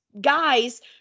guys